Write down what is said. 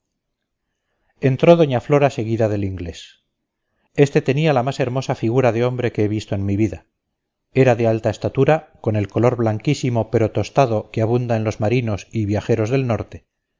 entró doña flora seguida del inglés este tenía la más hermosa figura de hombre que he visto en mi vida era de alta estatura con el color blanquísimo pero tostado que abunda en los marinos y viajeros del norte